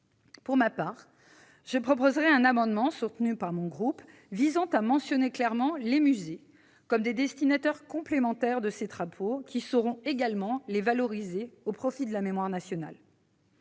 Pour ma part, je proposerai un amendement, soutenu par mon groupe, visant à mentionner clairement les musées comme des destinataires éventuels de ces drapeaux. Ils sauront eux aussi les valoriser au profit de la mémoire nationale.